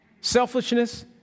selfishness